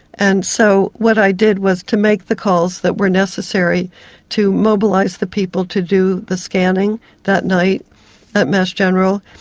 and so what i did was to make the calls that were necessary to mobilise the people to do the scanning that night at mass general,